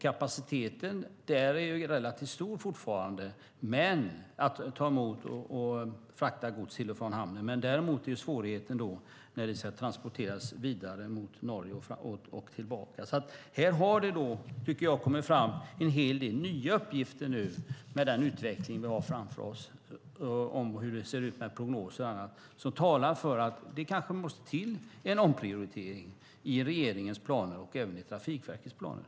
Kapaciteten att ta emot och frakta gods till och från hamnen är relativt stor. Däremot är svårigheten att transportera vidare mot Norge och tillbaka. Här har det kommit fram en hel del nya uppgifter med den utveckling vi har framför oss med prognoser och så vidare. De talar för att det kanske måste till en omprioritering i regeringens och Trafikverkets planer.